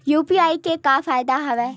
UPI के का फ़ायदा हवय?